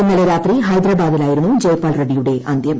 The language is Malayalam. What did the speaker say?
ഇന്നലെ രാത്രി ഹൈദ്രാബാദിലായിരുന്നു ജയ്പാൽ റെഡ്ഡിയുടെ അന്ത്യം